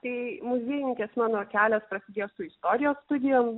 tai muziejininkės mano kelias prasidėjo su istorijos studijom